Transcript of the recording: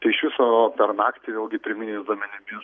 tai iš viso per naktį vėlgi pirminiais duomenimis